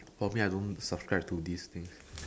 for me I don't subscribe to this things